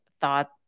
thought